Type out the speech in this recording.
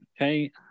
Okay